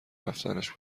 رفتنش